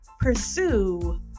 pursue